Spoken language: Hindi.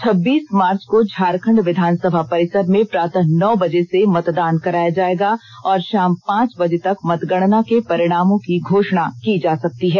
छब्बीस मार्च को झारखण्ड विधानसभा परिसर में प्रातः नौ बजे से मतदान कराया जाएगा और षाम पांच बजे तक मतगणना के परिणामों की घोषणा की जा सकती है